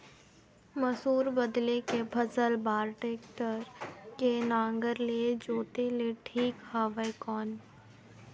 मसूर बदले के फसल बार टेक्टर के नागर ले जोते ले ठीक हवय कौन?